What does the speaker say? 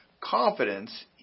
confidence